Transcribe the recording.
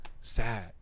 sad